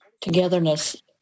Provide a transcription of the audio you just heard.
togetherness